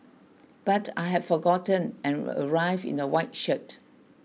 but I had forgotten and arrived in a white shirt